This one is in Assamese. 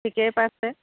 ঠিকেই পাইছে